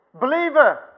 Believer